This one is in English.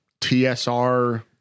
TSR